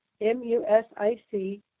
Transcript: m-u-s-i-c